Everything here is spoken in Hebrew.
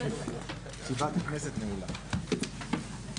הישיבה ננעלה בשעה 12:21.